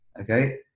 okay